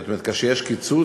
זאת אומרת, כאשר יש קיצוץ,